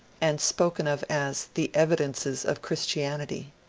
and spoken of as the evidences of christianity.